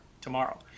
tomorrow